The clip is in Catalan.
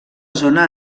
zona